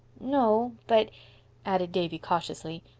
no, but added davy cautiously,